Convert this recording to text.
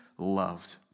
loved